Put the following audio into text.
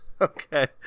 Okay